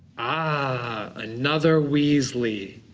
ah, another weasley.